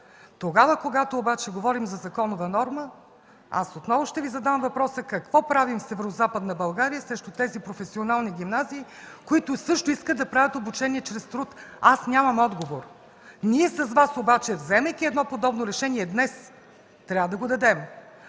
Тогава обаче, когато говорим за законова норма, отново ще Ви задам въпроса какво правим в Северозападна България срещу тези професионални гимназии, които също искат да правят обучение чрез труд? Нямам отговор. Ние с Вас обаче, вземайки едно подобно решение днес, трябва да го дадем.